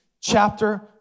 chapter